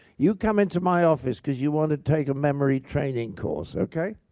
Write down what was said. you come into my office because you want to take a memory training course. ok?